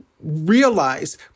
realize